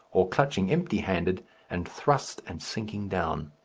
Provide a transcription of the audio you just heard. or clutching empty-handed and thrust and sinking down.